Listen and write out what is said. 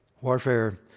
Warfare